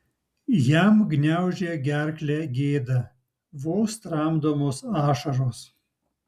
jam gniaužė gerklę gėda vos tramdomos ašaros